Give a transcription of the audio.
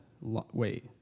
wait